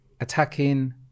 Attacking